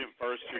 first